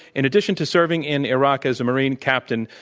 in addition to serving in iraq as a marine captain,